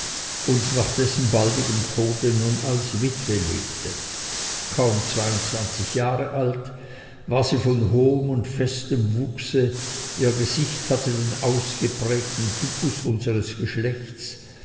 und nach dessen baldigem tode nun als witwe lebte kaum zweiundzwanzig jahre alt war sie von hohem und festem wuchse ihr gesicht hatte den ausgeprägten typus unsers geschlechtes